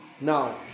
Now